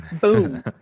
boom